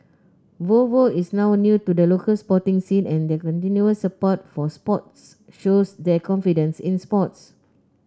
Volvo is not new to the local sporting scene and their continuous support for sports shows their confidence in sports